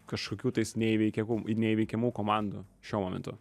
kažkokių tais neįveikiahų neįveikiamų komandų šiuo momentu